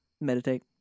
meditate